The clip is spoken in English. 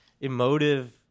emotive